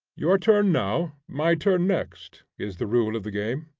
your turn now, my turn next, is the rule of the game.